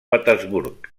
petersburg